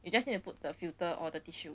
you just need to put the filter or the tissue